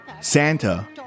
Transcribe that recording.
Santa